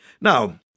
Now